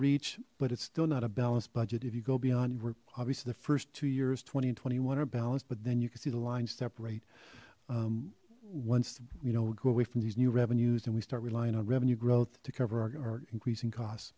reach but it's still not a balanced budget if you go beyond you were obviously the first two years twenty and twenty one are balanced but then you could see the lines separate once you know go away from these new revenues and we start relying on revenue to cover our increasing cos